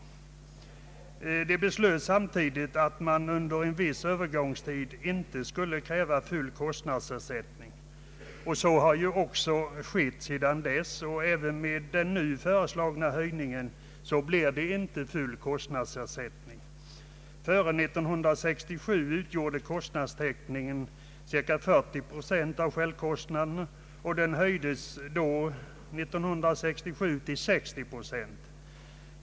Riksdagen beslöt dock samtidigt att man under en viss övergångstid inte skulle kräva full kostnadsersättning, vilket man inte heller gjort under den tid som gått sedan dess. Inte heller med den nu föreslagna höjningen blir det full kostnadstäckning. Före 1967 uppgick ersättningen till cirka 40 procent av självkostnaderna. Genom 1967 års beslut höjdes ersättningen till 60 procent.